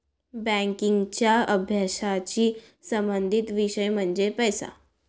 बँकिंगच्या अभ्यासाशी संबंधित विषय म्हणजे पैसा